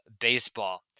baseball